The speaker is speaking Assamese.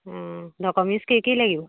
অঁ ডকুমেণ্টছ কি কি লাগিব